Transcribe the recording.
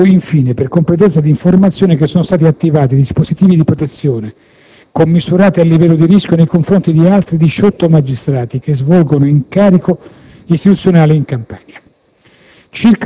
Comunico, infine, per completezza di informazione, che sono stati attivati dispositivi di protezione, commisurati al livello di rischio, nei confronti di altri diciotto magistrati che svolgono il proprio incarico istituzionale in Campania.